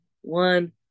one